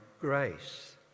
grace